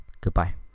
goodbye